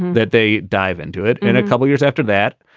that they dive into it in a couple years after that,